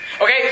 Okay